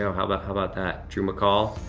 how about how about that, drew mccall?